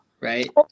right